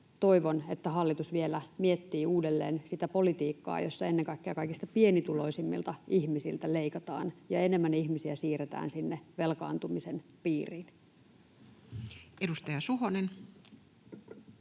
Toivon, että hallitus vielä miettii uudelleen sitä politiikkaa, jossa ennen kaikkea kaikista pienituloisimmilta ihmisiltä leikataan ja enemmän ihmisiä siirretään sinne velkaantumisen piiriin. Edustaja Suhonen.